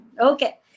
Okay